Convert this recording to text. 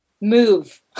Move